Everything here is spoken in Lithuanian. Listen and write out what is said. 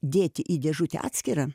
dėti į dėžutę atskirą